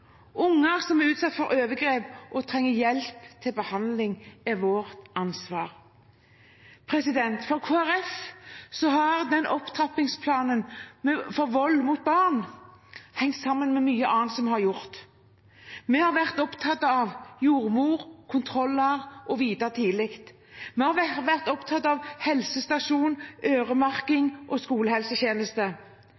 unger som er utsatt for overgrep og trenger hjelp til behandling, er vårt ansvar. For Kristelig Folkeparti har denne opptrappingsplanen mot vold mot barn hengt sammen med mye annet som vi har gjort. Vi har vært opptatt av jordmor, kontroller og å vite tidlig. Vi har vært opptatt av helsestasjon,